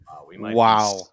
wow